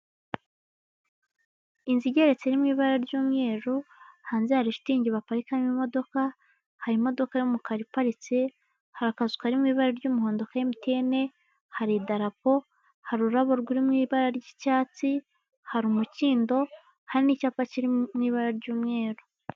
Inzu igeretse iri mu ibara ry'umweru, hanze hari shitingi baparikamo imodoka, hari imodoka y'umukara iparitse, hari akazu kari mu ibara ry'umuhondo rya MTN, hari idarapo, hari ururabo ruri mu ibara ry'icyatsi, hari umukindo, hari n'icyapa kiri mu ibara ry'umweru.